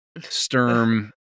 Sturm